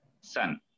son